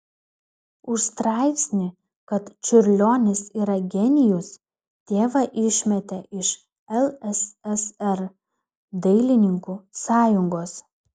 už straipsnį kad čiurlionis yra genijus tėvą išmetė iš lssr dailininkų sąjungos